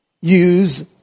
use